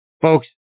Folks